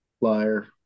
liar